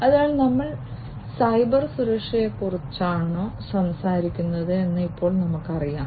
അതിനാൽ നമ്മൾ സൈബർ സുരക്ഷയെക്കുറിച്ചാണോ സംസാരിക്കുന്നതെന്ന് ഇപ്പോൾ നമുക്കറിയാം